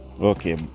Okay